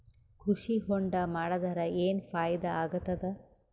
ಕೃಷಿ ಹೊಂಡಾ ಮಾಡದರ ಏನ್ ಫಾಯಿದಾ ಆಗತದ?